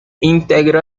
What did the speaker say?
integró